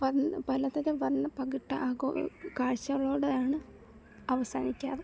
വന്ന് പലതരം വർണ്ണപകിട്ട ആഘോ കാഴ്ചകളോടെയാണ് അവസാനിക്കാറ്